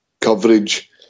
coverage